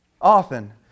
often